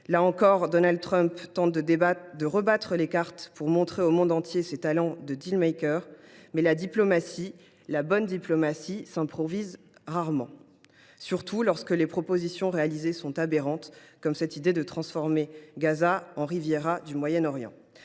également, Donald Trump tente de rebattre les cartes pour montrer au monde entier ses talents de. Mais la diplomatie, la bonne diplomatie, s’improvise rarement, surtout lorsque les propositions formulées sont aberrantes, à l’instar de cette idée de transformer Gaza en Riviera du Proche Orient.